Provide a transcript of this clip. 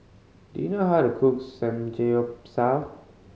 do you know how to cook Samgeyopsal